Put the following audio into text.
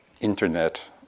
internet